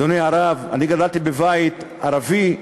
אדוני הרב, בבית ערבי,